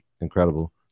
Incredible